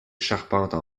charpentes